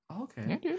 okay